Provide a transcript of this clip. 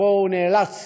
נאלץ